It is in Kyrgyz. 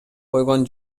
койгон